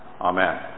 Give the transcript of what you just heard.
Amen